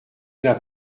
n’as